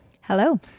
Hello